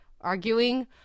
arguing